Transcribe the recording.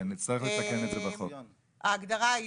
ההגדרה היא